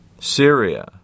Syria